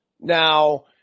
Now –